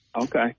Okay